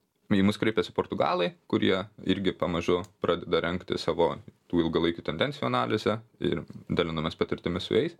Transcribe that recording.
į mus kreipėsi portugalai kurie irgi pamažu pradeda rengti savo tų ilgalaikių tendencijų analizę ir dalinamės patirtimi su jais